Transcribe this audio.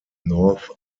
north